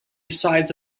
sides